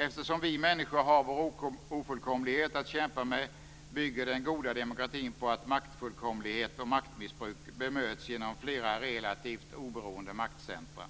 Eftersom vi människor har vår ofullkomlighet att kämpa med bygger den goda demokratin på att maktfullkomlighet och maktmissbruk bemöts genom flera relativt oberoende maktcentra.